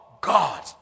God